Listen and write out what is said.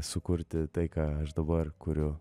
sukurti tai ką aš dabar kuriu